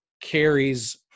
carries